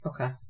Okay